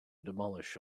demolish